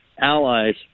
allies